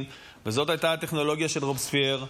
וזאת הייתה הטכנולוגיה של רובספייר.